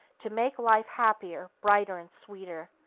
to make life happier, brighter and sweeter,